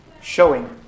showing